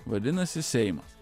vadinasi seimas